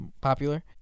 popular